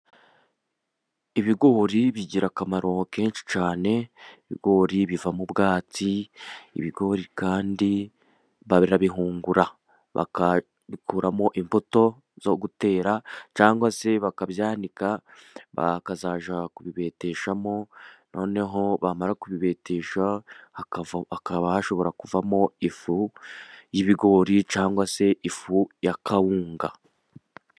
Ibigori bigira akamaro kenshi cyane, ibigori bivamo ubwatsi ibigori kandi barabibihungura bakabikuramo imbuto zo gutera, cyangwa se bakabyanika bakazajya kubibetesha, noneho bamara kubibetesha hakaba hashobora kuvamo ifu y'ibigori cyangwa se ifu ya kawunga.